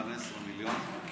15 מיליון,